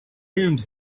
ruined